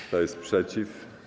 Kto jest przeciw?